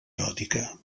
eròtica